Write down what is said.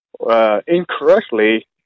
incorrectly